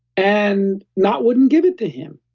and knott wouldn't give it to him.